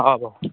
हा भाऊ